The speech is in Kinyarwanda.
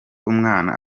umwana